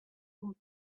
old